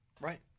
Right